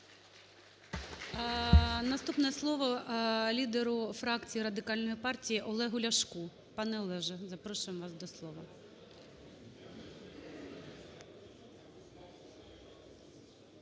Наступне слово лідеру фракції Радикальної партії Олегу Ляшку. Пане Олеже, запрошуємо вас до слова.